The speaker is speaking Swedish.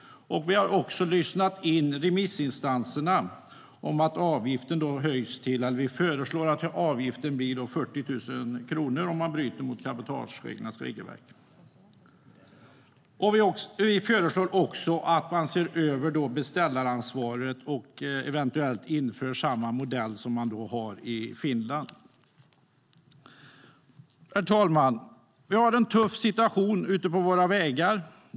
Vi har lyssnat in remissinstanserna och föreslår att avgiften blir 40 000 kronor om man bryter mot cabotagetrafikens regelverk. Vi föreslår också att man ser över beställaransvaret och eventuellt inför samma modell som i Finland. Herr talman! Vi har en tuff situation ute på våra vägar.